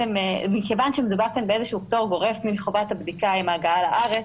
מכיוון שמדובר כאן באיזה שהוא פטור גורף מחובת הבדיקה עם ההגעה לארץ